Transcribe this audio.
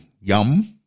yum